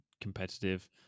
competitive